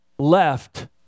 left